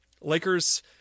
Lakers